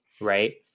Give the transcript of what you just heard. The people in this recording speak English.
right